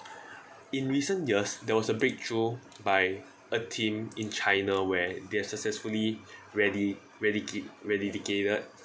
in recent years there was a breakthrough by a team in china where they're successfully radi~ radici~ radicated